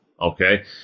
Okay